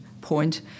point